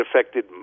affected